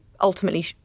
ultimately